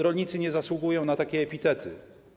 Rolnicy nie zasługują na takie epitety.